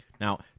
Now